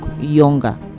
younger